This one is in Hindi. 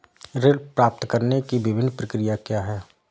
ऋण प्राप्त करने की विभिन्न प्रक्रिया क्या हैं?